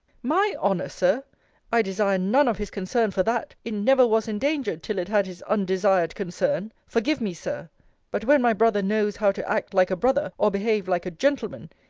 my honour, sir i desire none of his concern for that! it never was endangered till it had his undesired concern forgive me, sir but when my brother knows how to act like a brother, or behave like a gentleman,